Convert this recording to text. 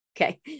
Okay